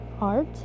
art